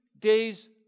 days